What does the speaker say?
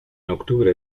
octubre